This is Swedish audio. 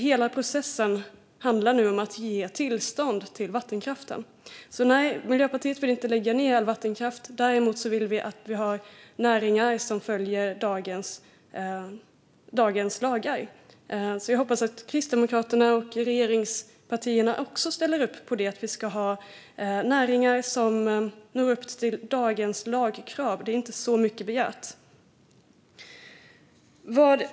Hela processen handlar nu om att ge tillstånd till vattenkraften. Nej, Miljöpartiet vill inte lägga ned vattenkraft. Däremot vill vi att vi har näringar som följer dagens lagar. Jag hoppas att Kristdemokraterna och regeringspartierna också ställer upp på att vi ska ha näringar som når upp till dagens lagkrav. Det är inte mycket begärt.